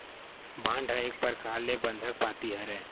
bond ह एक परकार ले बंधक पाती हरय